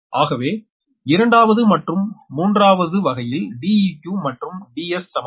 ஆகவே இரண்டாவது மற்றும் மூன்றாவது வகையில் Deq மற்றும் Ds சமம்